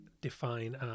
define